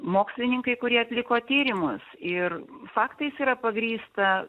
mokslininkai kurie atliko tyrimus ir faktais yra pagrįsta